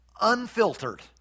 unfiltered